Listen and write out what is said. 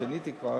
כשעניתי כבר,